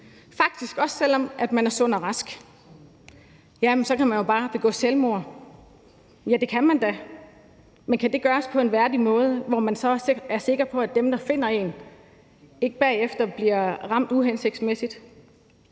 faktisk også selv om man er sund og rask. Jamen så kan man jo bare begå selvmord! Ja, det kan man da, men kan det gøres på en værdig måde, hvor man så også selv er sikker på, at dem, der finder en, ikke bagefter bliver ramt uhensigtsmæssigt?